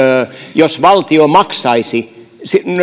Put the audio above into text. jos valtio maksaisi